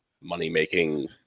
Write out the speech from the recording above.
money-making